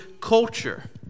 culture